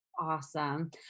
Awesome